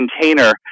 container